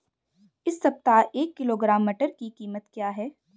इस सप्ताह एक किलोग्राम मटर की कीमत क्या है?